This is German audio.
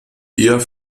eher